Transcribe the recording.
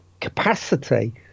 capacity